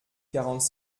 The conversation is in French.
quarante